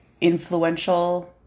influential